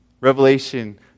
Revelation